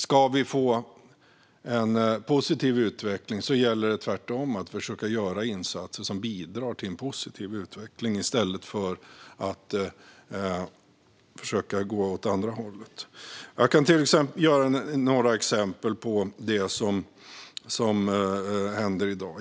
Ska vi få en positiv utveckling tror jag tvärtom att vi ska försöka göra insatser som bidrar till det, i stället för att försöka gå åt andra hållet. Jag kan ta några exempel på sådant som händer i dag.